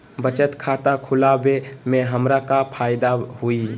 बचत खाता खुला वे में हमरा का फायदा हुई?